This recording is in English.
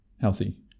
healthy